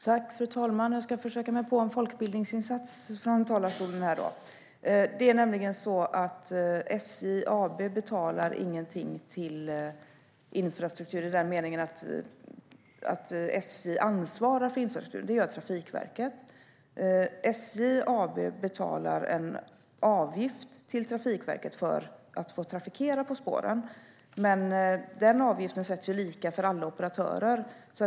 Fru talman! Jag ska försöka mig på en folkbildningsinsats från talarstolen. SJ AB betalar ingenting till infrastruktur i den meningen att SJ skulle ansvara för infrastruktur. Det gör Trafikverket. SJ AB betalar en avgift till Trafikverket för att få trafikera på spåren, men den avgiften sätts lika för alla operatörer.